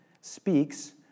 speaks